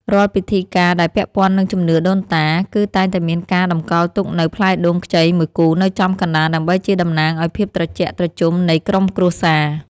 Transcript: រាល់ពិធីការដែលពាក់ព័ន្ធនឹងជំនឿដូនតា គឺតែងតែមានការតម្កល់ទុកនូវផ្លែដូងខ្ចីមួយគូនៅចំកណ្តាលដើម្បីជាតំណាងឱ្យភាពត្រជាក់ត្រជុំនៃក្រុមគ្រួសារ។